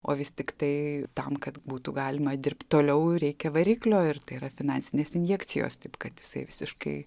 o tiktai tam kad būtų galima dirbt toliau reikia variklio ir tai yra finansinės injekcijos taip kad jisai visiškai